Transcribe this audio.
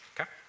okay